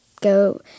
go